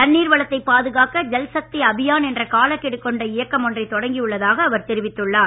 தண்ணீர் வளத்தைப் பாதுகாக்க ஜல்சக்தி அபியான் என்ற காலக்கெடு கொண்ட இயக்கம் ஒன்றை தொடங்கியுள்ளதாக அவர் தெரிவித்துள்ளார்